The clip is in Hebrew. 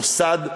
מוסד,